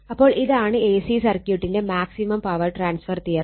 അപ്പോൾ ഇതാണ് A C സർക്യൂട്ടിന്റെ മാക്സിമം പവർ ട്രാൻസ്ഫർ തിയറം